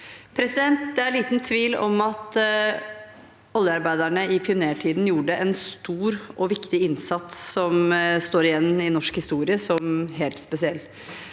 Det er liten tvil om at oljearbeiderne i pionertiden gjorde en stor og viktig innsats, som står igjen i norsk historie som helt spesiell.